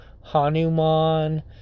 Hanuman